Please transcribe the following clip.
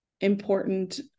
important